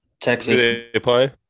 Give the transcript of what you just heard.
Texas